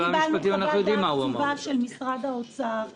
אנחנו יודעים מה משרד המשפטים אמר.